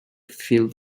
field